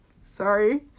Sorry